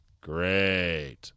Great